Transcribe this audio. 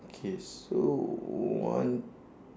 okay so one